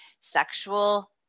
sexual